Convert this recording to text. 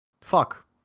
fuck